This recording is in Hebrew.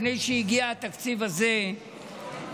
לפני שהגיע התקציב הזה,